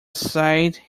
aside